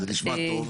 נשמע טוב,